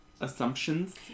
Assumptions